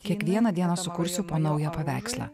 kiekvieną dieną sukursiu po naują paveikslą